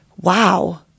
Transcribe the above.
wow